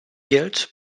guilt